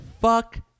Fuck